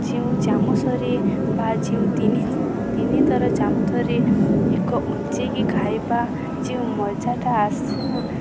ଯେଉଁ ଚାମଚରେ ବା ଯେଉଁ ତିନି ତିନିଥର ଚାମଚରେ ଏକ ଉଚେଇକି ଖାଇବା ଯେଉଁ ମଜାଟା ଆସେନା